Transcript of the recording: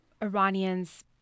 Iranians